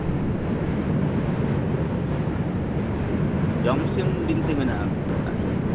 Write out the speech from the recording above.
ᱡᱚᱢᱥᱤᱢ ᱵᱤᱱᱛᱤ ᱢᱮᱱᱟᱜᱼᱟᱱ ᱟᱪᱪᱷᱟ